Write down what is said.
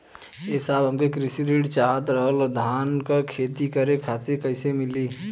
ए साहब हमके कृषि ऋण चाहत रहल ह धान क खेती करे खातिर कईसे मीली?